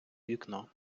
вікно